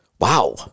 Wow